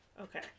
Okay